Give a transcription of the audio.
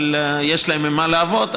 ויש להם עם מה לעבוד,